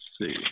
see